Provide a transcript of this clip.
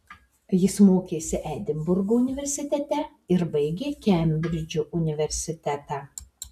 jis mokėsi edinburgo universitete ir baigė kembridžo universitetą